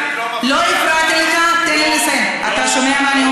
אני לא מפריע בדרך כלל, אבל לא שמו,